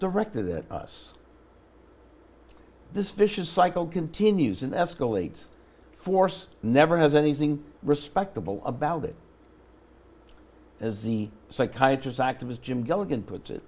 directed at us this vicious cycle continues and escalates force never has anything respectable about it as the psychiatrist activist jim delegate puts it